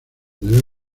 debe